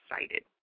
excited